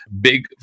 big